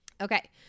Okay